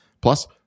Plus